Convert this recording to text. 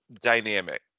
dynamic